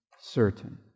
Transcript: certain